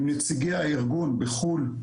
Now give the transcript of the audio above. עם נציגי הארגון בחו"ל,